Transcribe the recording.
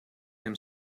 him